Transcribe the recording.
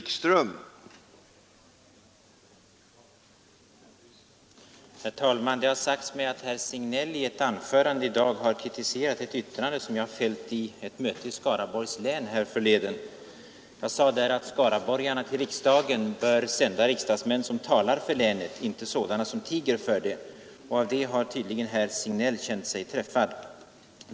Herr talman! Det har sagts mig att herr Signell i ett anförande i dag har kritiserat ett yttrande som jag har fällt vid ett möte i Skaraborgs län härförleden. Jag sade där att skaraborgarna till riksdagen bör sända riksdagsmän som talar för länet; inte sådana som tiger för länet. Av det har tydligen herr Signell känt sig träffad.